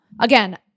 Again